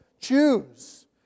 Choose